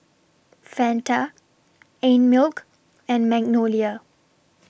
Fanta Einmilk and Magnolia